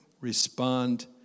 respond